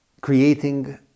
creating